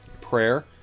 prayer